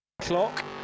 Clock